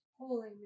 Holy